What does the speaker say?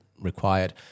required